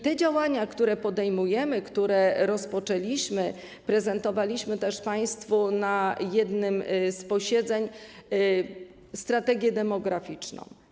Te działania, które podejmujemy, które rozpoczęliśmy... prezentowaliśmy też państwu na jednym z posiedzeń Strategię Demograficzną.